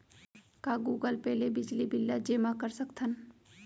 का Google pay ले बिजली बिल ल जेमा कर सकथन?